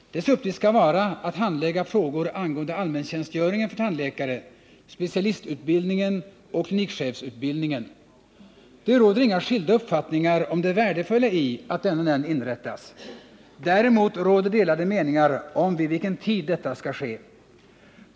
Dess uppgift skall vara att handlägga frågor angående allmäntjänstgöringen för tandläkare, specialistutbildningen och klinikchefsutbildningen. Det råder inga skilda uppfattningar om det värdefulla i att denna nämnd inrättas. Däremot råder delade meningar om vid vilken tid detta skall ske.